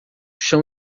chão